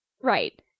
Right